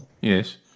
Yes